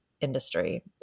industry